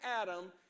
Adam